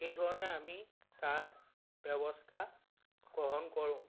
সেইধৰণে আমি তাৰ ব্যৱস্থা গ্ৰহণ কৰোঁ